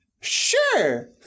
Sure